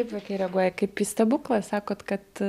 kaip vaikai reaguoja kaip į stebuklą sakot kad